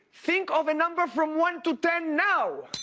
think of a number from one to ten now.